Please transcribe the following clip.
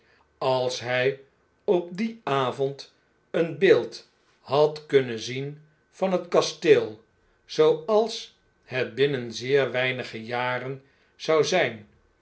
als luj op dien avond een beeld had kunnen zien van het kasteel zooals het binnen zeer weinige jaren zou zijn